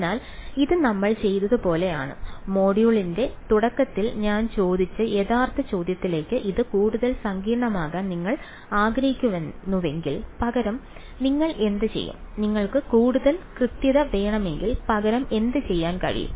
അതിനാൽ ഇത് നമ്മൾ ചെയ്തതുപോലെയാണ് മൊഡ്യൂളിന്റെ തുടക്കത്തിൽ ഞാൻ ചോദിച്ച യഥാർത്ഥ ചോദ്യത്തിലേക്ക് ഇത് കൂടുതൽ സങ്കീർണ്ണമാകാൻ നിങ്ങൾ ആഗ്രഹിക്കുന്നുവെങ്കിൽ പകരം നിങ്ങൾ എന്ത് ചെയ്യും നിങ്ങൾക്ക് കൂടുതൽ കൃത്യത വേണമെങ്കിൽ പകരം എന്ത് ചെയ്യാൻ കഴിയും